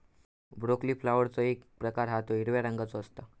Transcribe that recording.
broccoli फ्लॉवरचो एक प्रकार हा तो हिरव्या रंगाचो असता